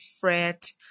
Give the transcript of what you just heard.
fret